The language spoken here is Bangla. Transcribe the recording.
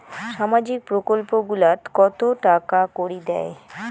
সামাজিক প্রকল্প গুলাট কত টাকা করি দেয়?